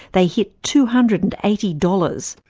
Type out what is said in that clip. they hit two hundred and eighty dollars.